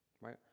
Right